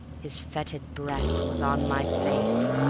his fetid breath was on my face,